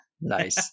Nice